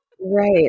Right